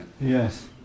Yes